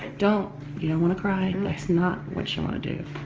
don't you know want to cry. that's not what you want to do.